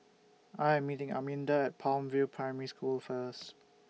I Am meeting Arminda At Palm View Primary School First